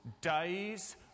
days